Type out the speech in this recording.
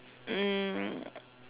um